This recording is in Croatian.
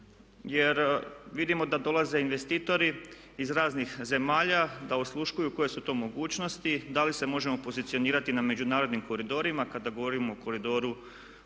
Jer vidimo da dolaze investitori iz raznih zemalja, da osluškuju koje su to mogućnosti, da li se možemo pozicionirati na međunarodnim koridorima kada govorimo o koridoru